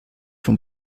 von